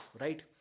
right